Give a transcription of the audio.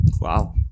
Wow